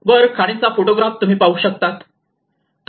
वर खाणींचा फोटोग्राफ तुम्ही पाहू शकतात